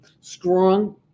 strong